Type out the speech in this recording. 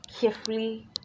carefully